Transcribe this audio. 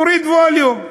תוריד ווליום.